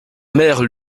mère